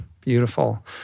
Beautiful